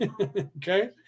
Okay